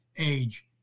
age